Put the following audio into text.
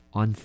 on